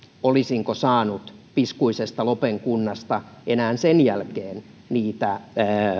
olisinko saanut piskuisesta lopen kunnasta enää sen jälkeen niitä